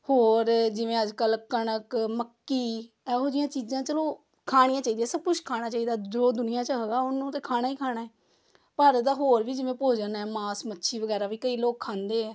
ਹੋਰ ਜਿਵੇਂ ਅੱਜ ਕੱਲ੍ਹ ਕਣਕ ਮੱਕੀ ਇਹੋ ਜਿਹੀਆਂ ਚੀਜ਼ਾਂ ਚਲੋ ਖਾਣੀਆਂ ਚਾਹੀਦੀਆਂ ਸਭ ਕੁਛ ਖਾਣਾ ਚਾਹੀਦਾ ਜੋ ਦੁਨੀਆਂ 'ਚ ਹੈਗਾ ਉਹਨੂੰ ਤਾਂ ਖਾਣਾ ਹੀ ਖਾਣਾ ਭਾਰਤ ਦਾ ਹੋਰ ਵੀ ਜਿਵੇਂ ਭੋਜਨ ਹੈ ਮਾਸ ਮੱਛੀ ਵਗੈਰਾ ਵੀ ਕਈ ਲੋਕ ਖਾਂਦੇ ਹੈ